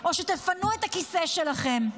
או שתפנו את הכיסא שלכם.